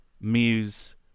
Muse